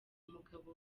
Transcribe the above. umugabo